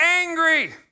angry